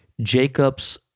Jacobs